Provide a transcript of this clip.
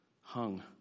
hung